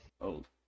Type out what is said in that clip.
old